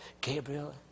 Gabriel